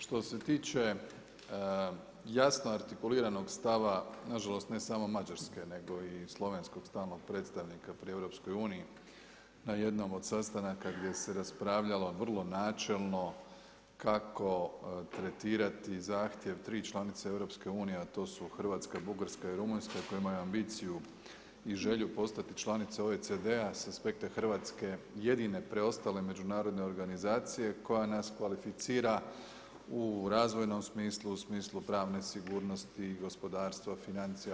Što se tiče jasno artikuliranog stava na žalost ne samo Mađarske nego i slovenskog stalnog predstavnika pri EU na jednom od sastanaka gdje se raspravljalo vrlo načelno kako tretirati zahtjev tri članice EU a to su Hrvatska, Bugarska i Rumunjska i koje imaju ambiciju i želju postati članice OECD-a sa aspekta Hrvatske jedine preostale međunarodne organizacije koja nas kvalificira u razvojnom smislu, u smislu pravne sigurnosti, gospodarstva, financija.